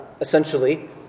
essentially